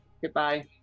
goodbye